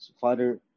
Father